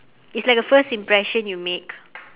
it's like a first impression you make